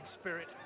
spirit